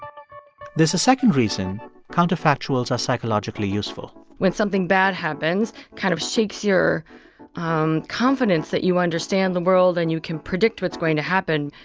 there's a second reason counterfactuals are psychologically useful when something bad happens, kind of shakes your um confidence that you understand the world and you can predict what's going to happen.